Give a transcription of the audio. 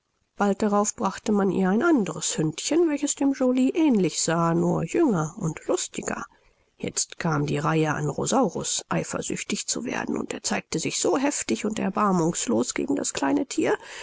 bald darauf brachte man ihr ein anderes hündchen welches dem joly ähnlich sah nur jünger und lustiger jetzt kam die reihe an rosaurus eifersüchtig zu werden und er zeigte sich so heftig und erbarmungslos gegen das kleine thier